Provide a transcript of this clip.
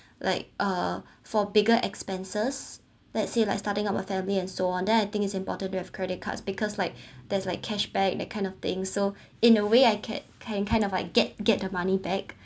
like uh for bigger expenses let's say like starting about family and so on that I think it's important to have credit cards because like there's like cashback that kind of thing so in a way I can can kind of get get the money back